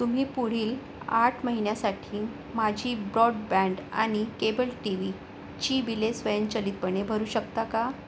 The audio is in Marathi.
तुम्ही पुढील आठ महिन्यासाठी माझी ब्रॉडबँड आणि केबल टी व्हीची बिले स्वयंचलितपणे भरू शकता का